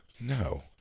No